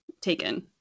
taken